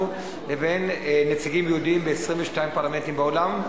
לבין נציגים יהודים מ-22 פרלמנטים בעולם.